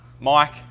Mike